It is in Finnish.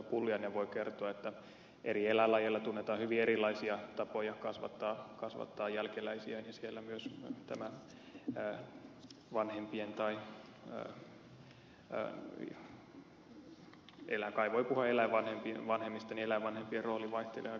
pulliainen voi kertoa että eri eläinlajeilla tunnetaan hyvin erilaisia tapoja kasvattaa jälkeläisiä ja siellä myös tämä vanhempien kai voi puhua eläinvanhemmista eläinvanhempien rooli vaihtelee aika paljon